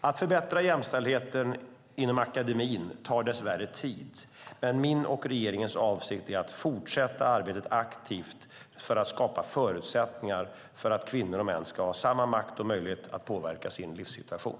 Att förbättra jämställdheten inom akademin tar dess värre tid, men min och regeringens avsikt är att fortsätta arbeta aktivt för att skapa förutsättningar för att kvinnor och män ska ha samma makt och möjlighet att påverka sin livssituation.